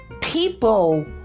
people